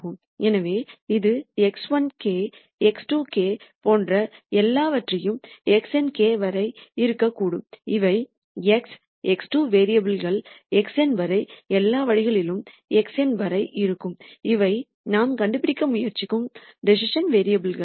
எனவே இது x1k x2k போன்ற எல்லாவற்றையும் xnk வரை இருக்கக்கூடும் இவை x x2 வேரியபுல்கள் x n வரை எல்லா வழிகளிலும் x n வரை இருக்கும் அவை நாம் கண்டுபிடிக்க முயற்சிக்கும் டிசிசன் வேரியபுல்கள்